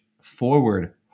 forward